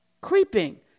creeping